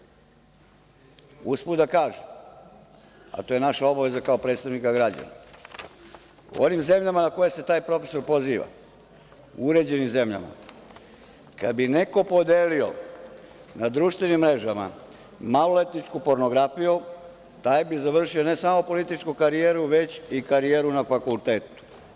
Usput da kažem, a to je naša obaveza kao predstavnika građana, u onim zemljama na koje se taj profesor poziva, u uređenim zemljama, kada bi neko podelio na društvenim mrežama maloletničku pornografiju taj bi završio ne samo političku karijeru, već i karijeru na fakultetu.